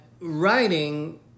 writing